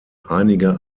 einiger